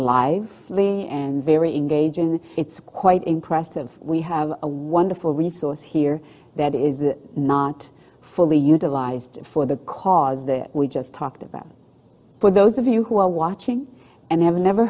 lee and very engaging that it's quite impressive we have a wonderful resource here that is not fully utilized for the cause that we just talked about for those of you who are watching and have never